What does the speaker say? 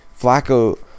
Flacco